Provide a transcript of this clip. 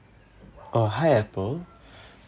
oh hi apple